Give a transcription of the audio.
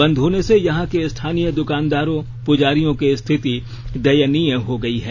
बंद होने से यहां के स्थानीय द्वकानदारों पुजारियों की स्थिति दयनीय हो गयी है